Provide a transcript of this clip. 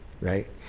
right